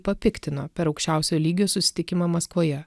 papiktino per aukščiausio lygio susitikimą maskvoje